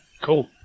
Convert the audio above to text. Cool